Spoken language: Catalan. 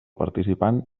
participant